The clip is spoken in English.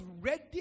ready